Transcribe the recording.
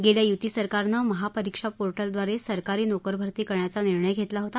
गेल्या युती सरकारनं महापरीक्षापोर्टलद्वारे सरकारी नोकरभरती करण्याचा निर्णय घेतला होता